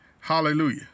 Hallelujah